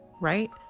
Right